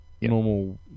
Normal